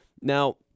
Now